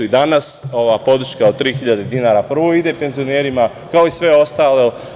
I danas ova podrška od 3.000 dinara prvo ide penzionerima, kao i sve ostalo.